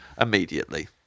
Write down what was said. immediately